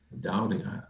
doubting